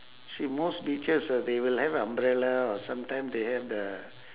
see most beaches uh they will have umbrella or sometime they have the